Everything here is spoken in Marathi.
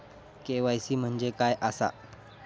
के.वाय.सी म्हणजे काय आसा?